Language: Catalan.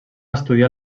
estudiar